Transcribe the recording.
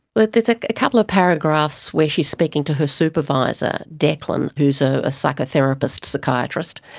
but there's like a couple of paragraphs where she's speaking to her supervisor declan who is ah a psychotherapist-psychiatrist,